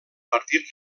partit